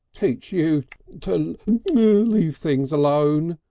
teach you to leave things alone,